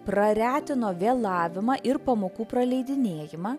praretino vėlavimą ir pamokų praleidinėjimą